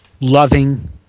loving